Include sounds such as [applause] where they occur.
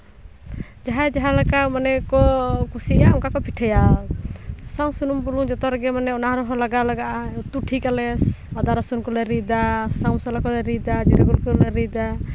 ᱡᱟᱦᱟᱸᱭ ᱡᱟᱦᱟᱸ ᱞᱮᱠᱟ ᱢᱟᱱᱮ ᱠᱚ ᱠᱩᱥᱤᱭᱟᱜᱼᱟ ᱚᱱᱠᱟ ᱠᱚ ᱯᱤᱴᱷᱟᱹᱭᱟ ᱥᱟᱥᱟᱝ ᱥᱩᱱᱩᱢ ᱵᱩᱞᱩᱝ ᱢᱟᱱᱮ ᱡᱚᱛᱚ ᱨᱮᱜᱮ ᱚᱱᱟ ᱨᱮᱦᱚᱸ ᱢᱟᱱᱮ ᱞᱟᱜᱟᱣ ᱞᱟᱜᱟᱜᱼᱟ ᱩᱛᱩ ᱴᱷᱤᱠ ᱠᱟᱞᱮ ᱟᱫᱟ ᱨᱟᱹᱥᱩᱱ ᱠᱚᱞᱮ ᱨᱤᱫᱟ ᱥᱟᱥᱟᱝ ᱢᱚᱥᱞᱟ ᱠᱚᱞᱮ ᱨᱤᱫᱟ [unintelligible] ᱨᱤᱫᱟ